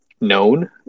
known